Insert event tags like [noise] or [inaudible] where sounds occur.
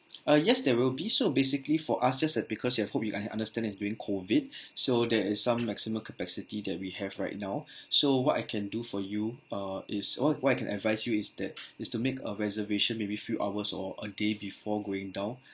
uh yes there will be so basically for us just uh because you have hope I understand it's during COVID [breath] so there is some maximum capacity that we have right now [breath] so what I can do for you uh is what what I can advise you is that is to make a reservation maybe few hours or a day before going down